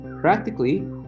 Practically